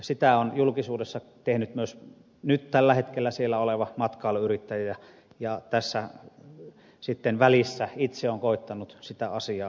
sitä on julkisuudessa tehnyt myös nyt tällä hetkellä siellä oleva matkailuyrittäjä ja sitten tässä välissä itse on koettanut sitä asiaa arvioida